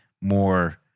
more